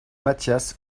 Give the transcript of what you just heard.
matthias